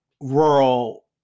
rural